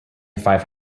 five